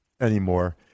anymore